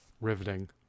riveting